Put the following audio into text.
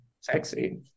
sexy